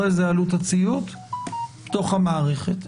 אחרי זה עלות הציות בתוך המערכת.